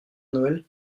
noël